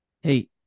Hey